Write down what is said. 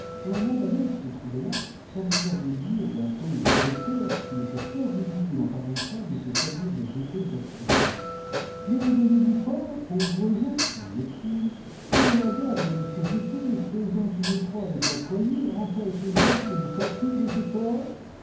un albanais qui se trouvait là s'avisa dédire d'un ton de docteur qu'il était fort ridicule en pareils cas de se servir des épées des chrétiens ne voyez-vous pas pauvres gens disait-il que la garde de ces épées faisant une croix avec la poignée empêche le diable de sortir de ce corps